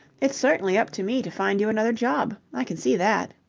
it's certainly up to me to find you another job, i can see that.